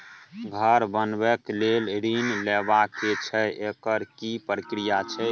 घर बनबै के लेल ऋण लेबा के छै एकर की प्रक्रिया छै?